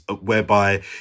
whereby